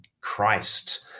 Christ